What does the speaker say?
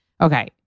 okay